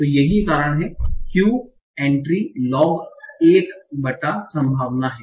तो यही कारण है क्यू एन्ट्रॉपी log 1 संभावना है